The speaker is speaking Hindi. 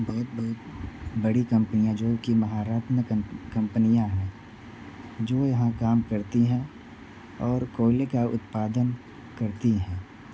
बहुत बहुत बड़ी कंपनियां जो की भारत में कंपनियां हैं जो यहाँ काम करती है और कोयले का उत्पादन करती हैं